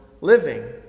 living